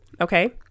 Okay